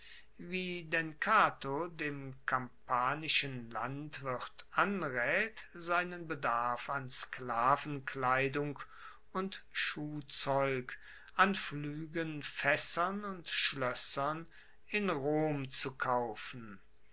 wie denn cato dem kampanischen landwirt anraet seinen bedarf an sklavenkleidung und schuhzeug an pfluegen faessern und schloessern in rom zu kaufen